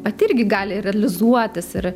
pati irgi gali realizuotis ir